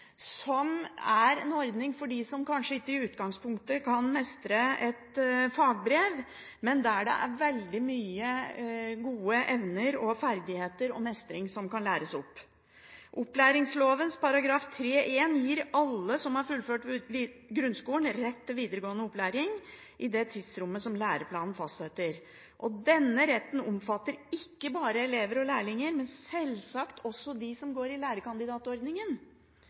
som er en ordning for dem som i utgangspunktet kanskje ikke kan oppnå fagbrev, men som har veldig mange gode evner og ferdigheter. Og mestring kan læres. Opplæringsloven § 3-1 gir alle som har fullført grunnskolen, rett til videregående opplæring i det tidsrommet som læreplanen fastsetter. Denne retten omfatter ikke bare elever og lærlinger, men sjølsagt også dem som er i